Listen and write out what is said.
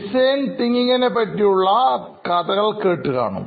design തിങ്കിംഗ്പറ്റിയുള്ള കഥകൾ കേട്ടുകാണും